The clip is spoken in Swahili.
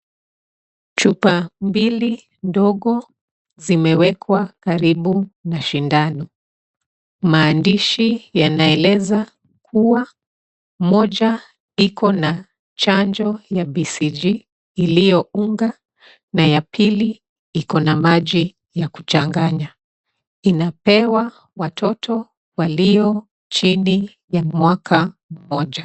Chupa mbili ndogo zimewekwa karibu na shindano. Maandishi yanaeleza kuwa moja iko na chanjo ya BCG iliyounga na ya pili iko na maji yakuchanganya. Inapewa watoto walio chini ya mwaka mmoja.